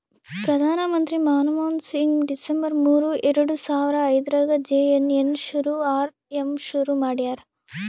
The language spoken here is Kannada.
ಪ್ರಧಾನ ಮಂತ್ರಿ ಮನ್ಮೋಹನ್ ಸಿಂಗ್ ಡಿಸೆಂಬರ್ ಮೂರು ಎರಡು ಸಾವರ ಐದ್ರಗಾ ಜೆ.ಎನ್.ಎನ್.ಯು.ಆರ್.ಎಮ್ ಶುರು ಮಾಡ್ಯರ